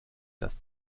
das